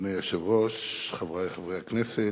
אדוני היושב-ראש, חברי חברי הכנסת,